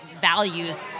values—